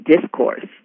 discourse